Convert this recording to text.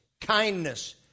kindness